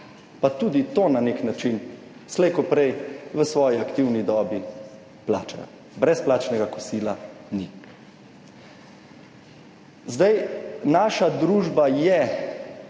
pa tudi to na nek način slejkoprej v svoji aktivni dobi plačajo. Brezplačnega kosila ni. Naša družba je